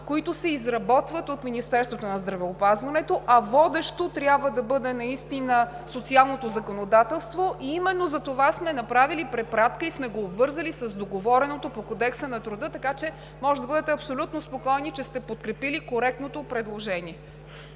които се изработват от Министерството на здравеопазването, а водещо трябва да бъде социалното законодателство. И именно затова сме направили препратка и сме го обвързали с договореното по Кодекса на труда, така че можете да бъдете абсолютно спокойни, че сте подкрепили коректното предложение.